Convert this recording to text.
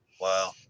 Wow